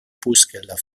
bußgelder